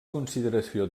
consideració